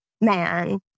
man